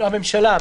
על הממשלה.